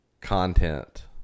content